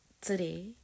today